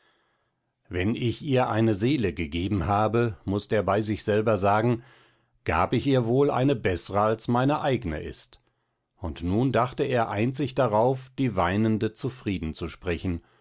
wenn ich ihr eine seele gegeben habe mußt er bei sich selber sagen gab ich ihr wohl eine beßre als meine eigne ist und nun dachte er einzig darauf die weinende zufrieden zu sprechen